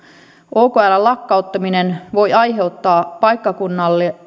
okln lakkauttaminen voi aiheuttaa paikkakunnalle